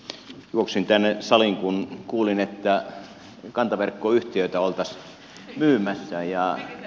juoksin tänne saliin kun kuulin että kantaverkkoyhtiöitä oltaisiin myymässä